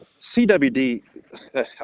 cwd